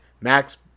Max